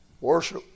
Worship